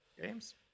games